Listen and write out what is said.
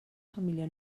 família